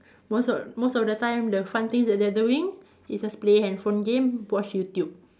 most of most of the time the fun things that they are doing is just play handphone game watch YouTube